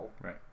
Right